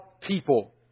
people